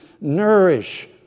nourish